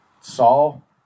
Saul